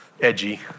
edgy